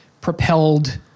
propelled